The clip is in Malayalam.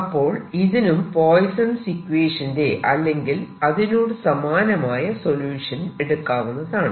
അപ്പോൾ ഇതിനും പോയിസോൺസ് ഇക്വേഷന്റെ അല്ലെങ്കിൽ അതിനോട് സമാനമായ സൊല്യൂഷൻ എടുക്കാവുന്നതാണ്